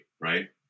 right